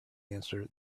answer